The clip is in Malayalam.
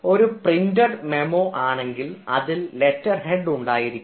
ഒരു പ്രിൻറ്ഡ് മെമ്മോ ആണെങ്കിൽ അതിൽ ലെറ്റർ ഹെഡ് ഉണ്ടായിരിക്കും